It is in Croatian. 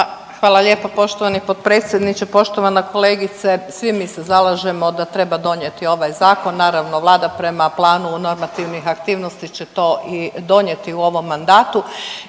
Hvala lijepo. Poštovani potpredsjedniče, poštovana kolegice. Svi mi se zalažemo da treba donijeti ovaj zakon, naravno Vlada prema planu normativnih aktivnosti će to i donijeti u ovom mandatu.